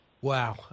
Wow